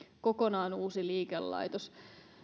kokonaan uusi liikelaitos